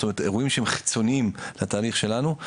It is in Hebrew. זאת אומרת אירועים שהם חיצוניים לתהליך שלנו.